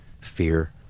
fear